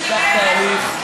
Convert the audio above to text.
ייקח תהליך,